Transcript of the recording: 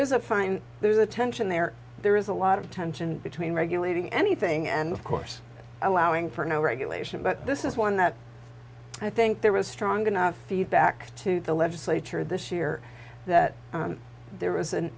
is a fine there's a tension there there is a lot of tension between regulating anything and of course for no regulation but this is one that i think there was strong enough feedback to the legislature this year that there was an